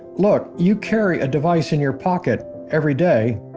look, you carry a device in your pocket every day,